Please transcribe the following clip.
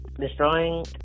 Destroying